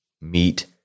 meet